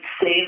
save